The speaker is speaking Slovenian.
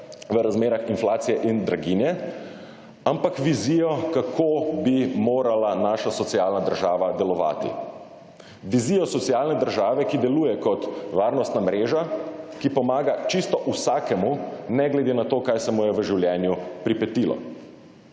v razmerah inflacije in draginje, ampak vizijo kako bi morala naša socialna država delovati. Vizijo socialne države, ki deluje kot varnostna mreža, ki pomaga čisto vsakemu ne glede na to kaj se mu je v življenju pripetilo.